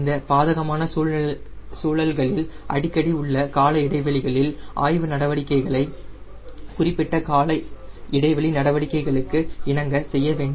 இந்த பாதகமான சூழல்களில் அடிக்கடி உள்ள கால இடைவெளிகளில் ஆய்வு நடவடிக்கைகளை குறிப்பிட்ட கால இடைவெளி நடவடிக்கைகளுக்கு இணங்க செய்ய வேண்டும்